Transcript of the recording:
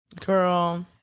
Girl